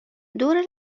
دور